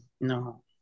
No